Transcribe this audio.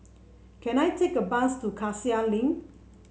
can I take a bus to Cassia Link